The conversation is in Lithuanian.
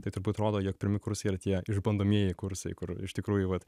tai turbūt rodo jog pirmi kursai yra tie išbandomieji kursai kur iš tikrųjų vat